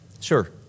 Sure